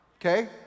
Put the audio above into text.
Okay